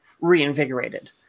reinvigorated